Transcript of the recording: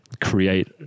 create